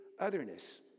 otherness